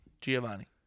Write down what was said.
Giovanni